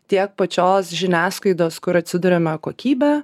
tiek pačios žiniasklaidos kur atsiduriame kokybę